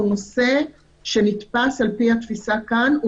על פי התפיסה כאן,